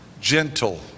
gentle